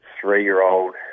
three-year-old